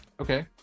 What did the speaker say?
okay